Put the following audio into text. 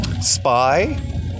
Spy